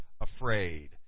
afraid